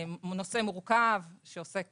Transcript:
הוא נושא מורכב שעוסק